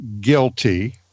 guilty